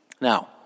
Now